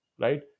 right